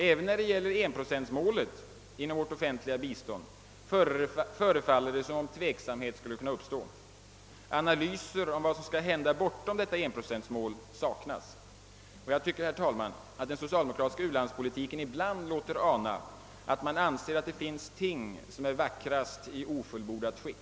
Även när det gäller 1-procentsmålet inom vårt offentliga bistånd förefaller det som om tveksamhet skulle kunna uppstå. Analyser om vad som skall hända bortom detta 1-procentsmål saknas. Jag tycker, herr talman, att den socialdemokratiska u-landspolitiken ibland låter ana att man anser att det finns ting, som är vackrast i ofullbordat skick.